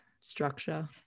structure